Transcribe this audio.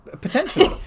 Potentially